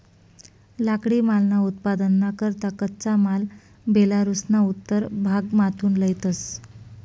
लाकडीमालना उत्पादनना करता कच्चा माल बेलारुसना उत्तर भागमाथून लयतंस